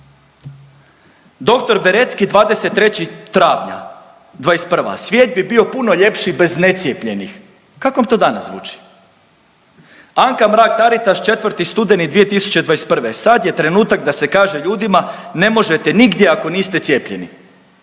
Doktor Berecki 23. travnja '21., svijet bi bio puno ljepši bez necijepljenih. Kako vam to danas zvuči? Anka Mrak Taritaš 4. studeni 2021., sad je trenutak da se kaže ljudima ne možete nigdje ako niste cijepljeni.